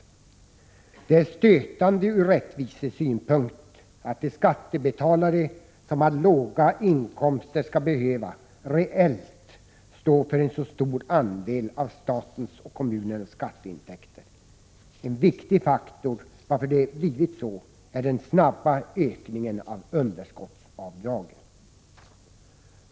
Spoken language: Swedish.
Det är stötande ur rättvisesynpunkt att de skattebetalare som har låga inkomster skall behöva stå reellt för en så stor andel av statens och kommunernas skatteintäkter. En viktig förklaring till varför det blivit så är den snabba ökningen av underskottsavdragen.